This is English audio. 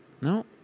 no